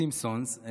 סימפסונס,